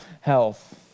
health